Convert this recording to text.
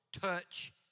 touch